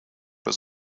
was